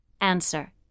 Answer